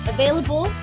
Available